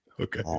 okay